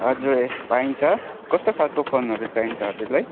हजुर पाइन्छ कस्तो खालको फोनहरू चाहिन्छ हजुरलाई